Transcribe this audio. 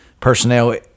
Personnel